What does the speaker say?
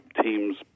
teams